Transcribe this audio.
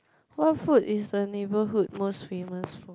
what food is the neighborhood most famous food